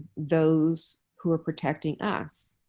those who are protecting us.